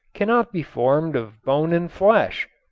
cannot be formed of bone and flesh.